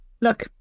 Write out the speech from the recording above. look